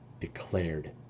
declared